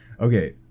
Okay